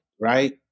right